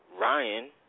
Ryan